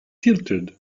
tilted